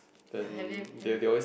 have have they have it